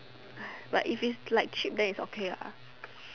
but if it's like cheap then it's okay lah